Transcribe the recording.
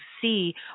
see